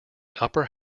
upper